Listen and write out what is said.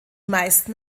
meisten